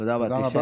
תודה רבה.